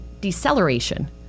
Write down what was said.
deceleration